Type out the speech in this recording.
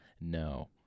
No